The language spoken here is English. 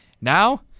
Now